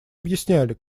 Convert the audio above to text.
объясняли